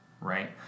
right